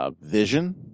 Vision